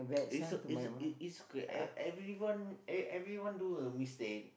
it's o~ it's it's okay ev~ everyone ev~ everyone do a mistake